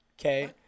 okay